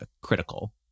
critical